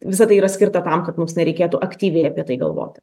visa tai yra skirta tam kad mums nereikėtų aktyviai apie tai galvoti